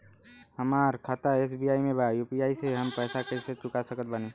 हमारा खाता एस.बी.आई में बा यू.पी.आई से हम पैसा चुका सकत बानी?